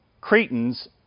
Cretans